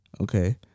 Okay